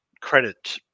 credit